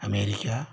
America